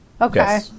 Okay